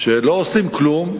שלא עושים כלום,